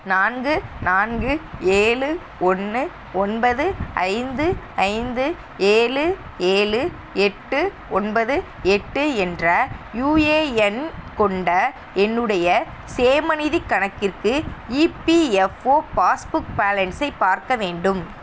நான்கு நான்கு ஏழு ஒன்று ஒன்பது ஐந்து ஐந்து ஏழு ஏழு எட்டு ஒன்பது எட்டு என்ற யுஏஎன் கொண்ட என்னுடைய சேமநிதிக் கணக்கிற்கு இபிஎஃப்ஒ பாஸ்புக் பேலன்ஸை பார்க்க வேண்டும்